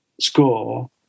score